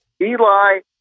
Eli